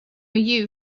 you